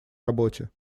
работе